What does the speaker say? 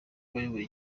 wayoboye